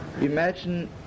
imagine